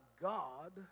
God